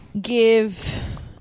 give